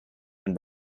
and